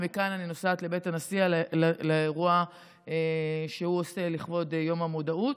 ומכאן אני נוסעת לבית הנשיא לאירוע שהוא עושה לכבוד יום המודעות.